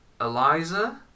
Eliza